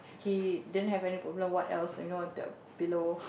he didn't have any problem what else you know below